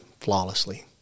flawlessly